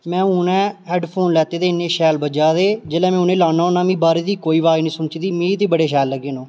में हून हेडफोन लैते दे इन्ने शैल बज्जा दे जेल्लै में उ'नेंगी लाना होन्नां मिगी बारै दी कोई बाज नीं सनोचदी मिगी ते बड़े शैल लग्गे ओह्